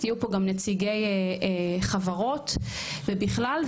יהיו פה גם נציגי חברות ובכלל.